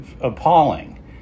appalling